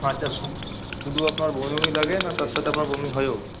আচ্ছা শুধু শুধু আপনার বমি বমি লাগে না তার সাথে আপনার বমি হয়ও